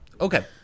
Okay